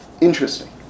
interesting